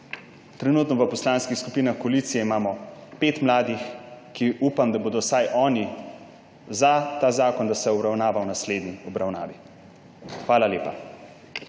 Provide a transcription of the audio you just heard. Trenutno imamo v poslanskih skupinah koalicije pet mladih, ki upam, da bodo vsaj oni za, da se ta zakon obravnava v naslednji obravnavi. Hvala lepa.